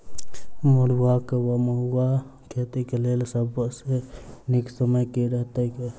मरुआक वा मड़ुआ खेतीक लेल सब सऽ नीक समय केँ रहतैक?